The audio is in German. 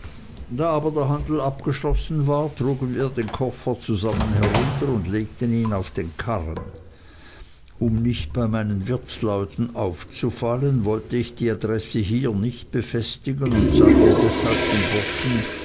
aber der handel abgeschlossen war trugen wir den koffer zusammen herunter und legten ihn auf den karren um nicht bei meinen wirtsleuten aufzufallen wollte ich die adresse hier nicht befestigen und sagte deshalb dem burschen